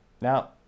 Now